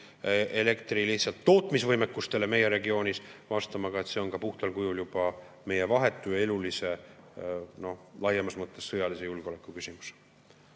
elektritootmisvõimekustele, meie regioonis vastama, et see on ka puhtal kujul juba meie vahetu ja elulise, laiemas mõttes sõjalise julgeoleku küsimus.